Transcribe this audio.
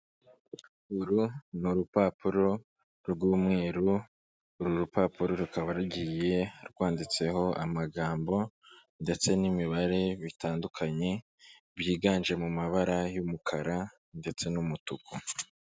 Uru ni urupapuro rw'umweru, uru rupapuro rukaba rugiye rwanditseho amagambo ndetse n'imibare bitandukanye byiganje mu mabara y'umukara ndetse n'umutuku.